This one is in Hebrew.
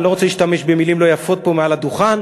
אני לא רוצה להשתמש במילים לא יפות פה מעל הדוכן,